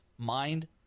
Mind